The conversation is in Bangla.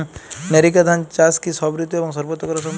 নেরিকা ধান চাষ কি সব ঋতু এবং সবত্র করা সম্ভব?